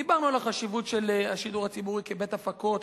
דיברנו על החשיבות של השידור הציבורי כבית הפקות,